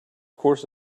course